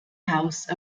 house